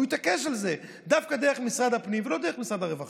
והוא התעקש על זה דווקא דרך משרד הפנים ולא דרך משרד הרווחה.